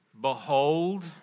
Behold